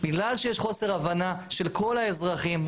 בגלל שיש חוסר הבנה של כל האזרחים,